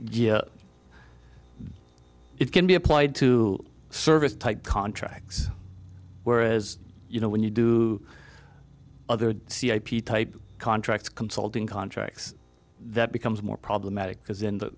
yeah it can be applied to service type contracts whereas you know when you do other see ip type contracts consulting contracts that becomes more problematic because in the